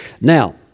Now